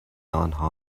آنها